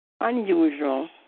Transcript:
unusual